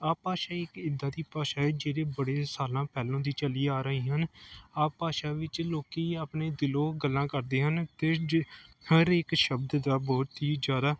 ਆਹ ਭਾਸ਼ਾ ਇੱਕ ਇੱਦਾਂ ਦੀ ਭਾਸ਼ਾ ਹੈ ਜਿਹੜੇ ਬੜੇ ਸਾਲਾਂ ਪਹਿਲਾਂ ਦੀ ਚਲੀ ਆ ਰਹੀ ਹਨ ਆਹ ਭਾਸ਼ਾ ਵਿੱਚ ਲੋਕ ਆਪਣੇ ਦਿਲੋਂ ਗੱਲਾਂ ਕਰਦੇ ਹਨ ਅਤੇ ਜੇ ਹਰ ਇੱਕ ਸ਼ਬਦ ਦਾ ਬਹੁਤ ਹੀ ਜ਼ਿਆਦਾ